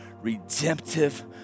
redemptive